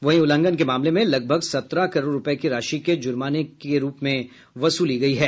वहीं उल्लंघन के मामले में लगभग सत्रह करोड़ रूपये की राशि ज़र्माने के रूप में वसूली गयी है